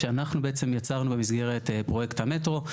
שאנחנו בעצם יצרנו במסגרת פרויקט המטרו.